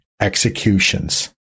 executions